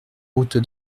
route